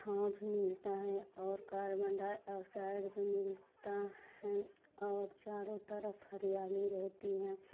छाँव भी मिलता है और कार्बन डाइऑक्साइड भी मिलता है और चारों तरफ हरियाली रहती है